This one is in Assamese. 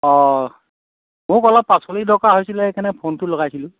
অঁ মোক অলপ পাচলিৰ দৰকাৰ হৈছিলে সেইকাৰণে ফোনটো লগাইছিলোঁ